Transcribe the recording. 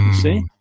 see